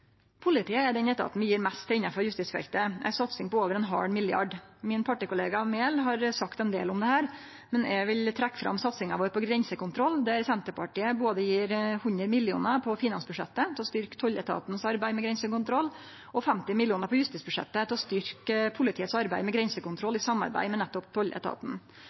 Politiet er den etaten vi gjev mest til innanfor justisfeltet – ei satsing på over 0,5 mrd. kr. Min partikollega Enger Mehl har sagt ein del om dette, men eg vil trekkje fram satsinga vår på grensekontroll, der Senterpartiet gjev både100 mill. kr på finansbudsjettet for å styrkje tolletatens arbeid med grensekontroll og 50 mill. kr på justisbudsjettet for å styrkje politiet sitt arbeid med grensekontroll i samarbeid med nettopp tolletaten.